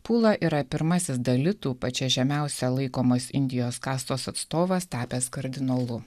pūla yra pirmasis dalitų pačia žemiausia laikomos indijos kastos atstovas tapęs kardinolu